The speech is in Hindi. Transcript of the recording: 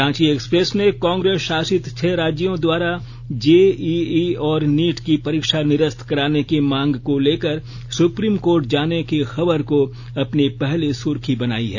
रांची एक्सप्रेस ने कांग्रेस शासित छह राज्यों द्वारा जेईई और नीट की परीक्षा निरस्त कराने की मांग को लेकर सुप्रीम कोर्ट जाने खबर को अपनी पहली सुर्खी बनाई है